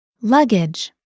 Luggage